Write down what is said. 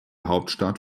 hauptstadt